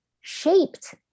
shaped